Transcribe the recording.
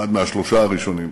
אחד משלושת הראשונים,